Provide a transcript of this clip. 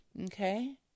Okay